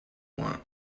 want